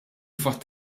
fatt